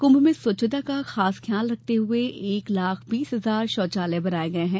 कुंभ में स्वच्छता का खास ध्यान रखते हुए एक लाख बीस हजार शौचालय बनाए गए हैं